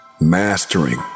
Mastering